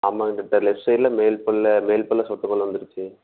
ஆமாம்ங்க doctor left சைட்டில் மேல் பல் மேல் பல் சொதப்பல் வந்துருச்சு